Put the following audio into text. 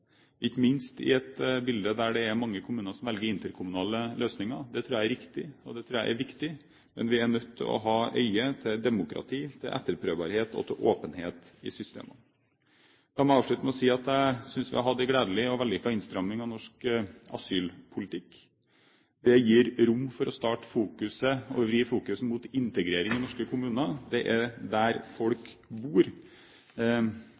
ikke minst i et bilde der det er mange kommuner som velger interkommunale løsninger. Det tror jeg er riktig, og det tror jeg er viktig, men vi er nødt til å ha øye til demokrati, til etterprøvbarhet og til åpenhet i systemene. La meg avslutte med å si at jeg synes vi har hatt en gledelig og vellykket innstramming i norsk asylpolitikk. Det gir rom for å vri fokuset mot integrering i norske kommuner. Det er der